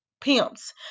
pimps